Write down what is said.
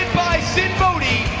by sinn bodhi